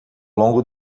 longo